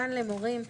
כאן למורים.